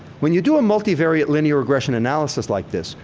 when you do a multi-variant linear regression analysis like this,